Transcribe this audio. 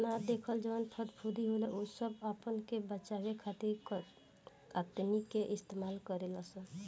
ना देखल जवन फफूंदी होला उ सब आपना के बचावे खातिर काइतीने इस्तेमाल करे लसन